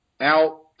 out